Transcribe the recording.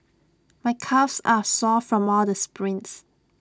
my calves are sore from all the sprints